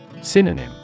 Synonym